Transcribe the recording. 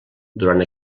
durant